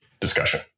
discussion